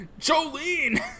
Jolene